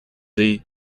dix